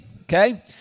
okay